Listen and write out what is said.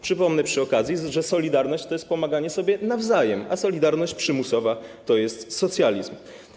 Przypomnę przy okazji, że solidarność to jest pomaganie sobie nawzajem, a solidarność przymusowa to jest socjalizm.